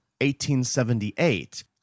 1878